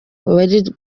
bari